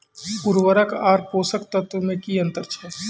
उर्वरक आर पोसक तत्व मे की अन्तर छै?